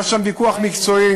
היה שם ויכוח מקצועי.